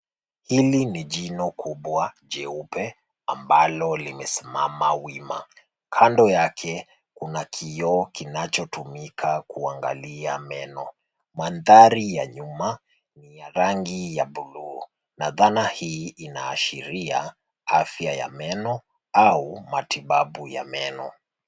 Hili ni jino kubwa jeupe, ambalo limesimama wima. Kando yake kuna kioo kinachotumika kuangalia meno. Mandhari ya nyuma ni ya rangi ya buluu na dhana hii inashiria afya ya meno au matibabu ya meno.